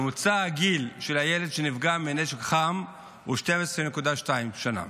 הגיל הממוצע של הילדים שנפגעו מנשק חם הוא 12.2 שנים,